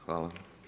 Hvala.